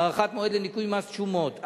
הארכת המועד לניכוי מס תשומות,